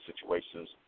situations